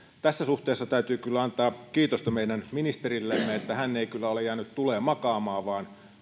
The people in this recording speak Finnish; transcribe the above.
tässä suhteessa täytyy kyllä antaa kiitosta meidän ministerillemme että hän ei kyllä ole jäänyt tuleen makaamaan vaan